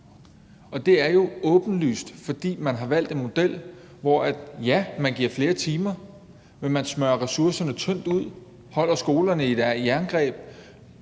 og det er jo åbenlyst, fordi man har valgt en model, hvor man – ja – giver flere timer, men man smører ressourcerne tyndt ud, holder skolerne i et jerngreb.